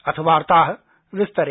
अथ वार्ताः विस्तरेण